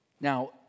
Now